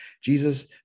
Jesus